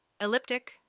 elliptic